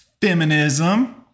Feminism